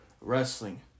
wrestling